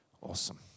Awesome